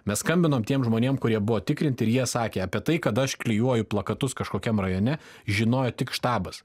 mes skambinom tiem žmonėm kurie buvo tikrinti ir jie sakė apie tai kad aš klijuoju plakatus kažkokiam rajone žinojo tik štabas